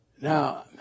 Now